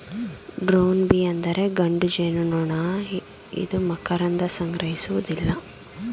drone bee ಅಂದರೆ ಗಂಡು ಜೇನುನೊಣ ಇದು ಮಕರಂದ ಸಂಗ್ರಹಿಸುವುದಿಲ್ಲ